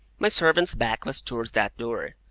my servant's back was towards that door.